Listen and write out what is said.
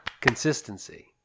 consistency